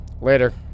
Later